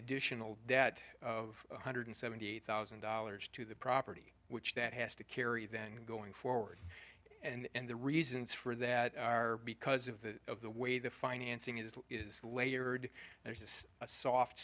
additional debt of hundred seventy thousand dollars to the property which that has to carry then going forward and the reasons for that are because of the of the way the financing is is layered there's just a soft